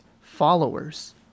followers